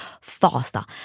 faster